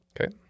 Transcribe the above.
Okay